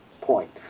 point